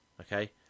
okay